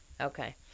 Okay